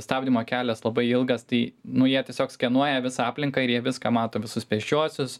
stabdymo kelias labai ilgas tai nu jie tiesiog skenuoja visą aplinką ir jie viską mato visus pėsčiuosius